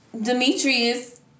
Demetrius